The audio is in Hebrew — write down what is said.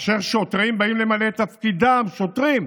כאשר שוטרים באים למלא את תפקידם, שוטרים,